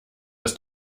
aus